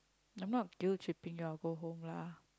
I'm not guilt tripping you I'll go home lah